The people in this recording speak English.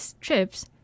trips